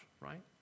right